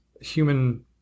human